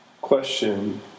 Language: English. Question